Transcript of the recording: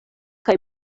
kaj